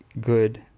good